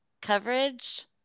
coverage